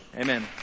Amen